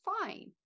fine